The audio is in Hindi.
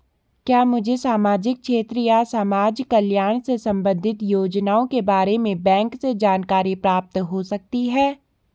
क्या मुझे सामाजिक क्षेत्र या समाजकल्याण से संबंधित योजनाओं के बारे में बैंक से जानकारी प्राप्त हो सकती है?